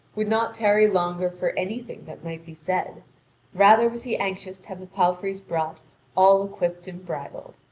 would not tarry longer for anything that might be said rather was he anxious to have the palfreys brought all equipped and bridled.